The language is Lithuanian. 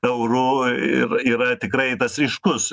eurų ir yra tikrai tas ryškus